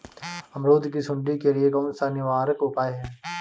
अमरूद की सुंडी के लिए कौन सा निवारक उपाय है?